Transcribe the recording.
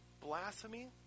Blasphemy